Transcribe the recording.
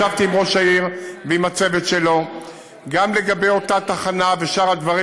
ישבתי עם ראש העיר ועם הצוות שלו גם לגבי אותה תחנה ושאר הדברים.